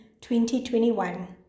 2021